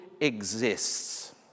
exists